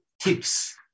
tips